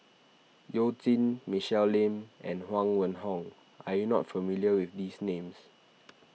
You Jin Michelle Lim and Huang Wenhong are you not familiar with these names